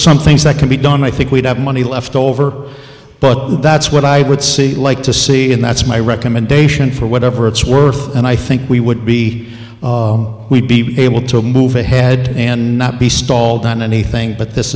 some things that can be done i think we'd have money left over but that's what i would see like to see and that's my recommendation for whatever it's worth and i think we would be we be able to move ahead and not be stalled on anything but this